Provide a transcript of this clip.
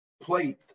plate